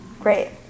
Great